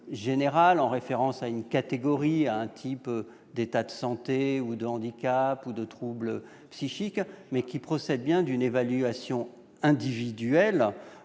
en référence à des types d'états de santé, de handicaps ou de troubles psychiques, mais procède bien d'une évaluation individuelle